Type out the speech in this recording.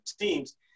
teams